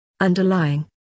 Underlying